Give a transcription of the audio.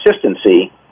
consistency